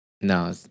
No